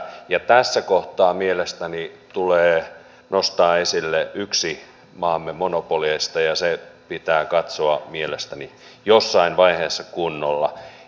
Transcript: ja tässä kohtaa mielestäni tulee nostaa esille yksi maamme monopoleista ja se pitää katsoa mielestäni jossain vaiheessa kunnolla